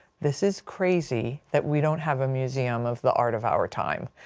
this is crazy that we don't have a museum of the art of our time.